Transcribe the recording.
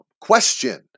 Question